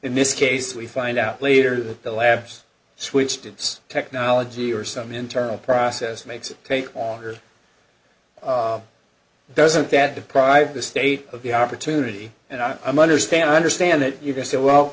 in this case we find out later that the labs switched its technology or some internal process makes it take longer doesn't that deprive the state of the opportunity and i'm understand i understand that you can say well